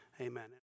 Amen